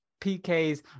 PKs